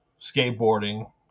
skateboarding